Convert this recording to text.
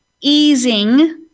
easing